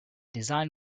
design